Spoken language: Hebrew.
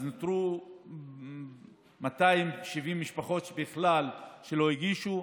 אז נותרו 270 משפחות שבכלל לא הגישו.